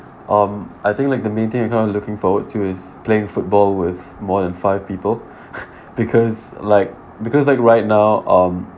um I think like the meeting I'm kind of looking forward to is playing football with more than five people because like because like right now um